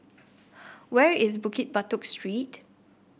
where is Bukit Batok Street